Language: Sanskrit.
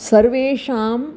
सर्वेषाम्